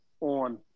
on